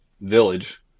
Village